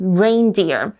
reindeer 。